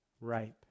ripe